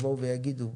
שיבואו ויגידו.